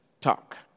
talk